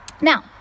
Now